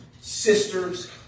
sisters